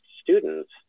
students